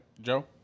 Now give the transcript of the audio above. Joe